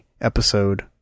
episode